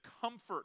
comfort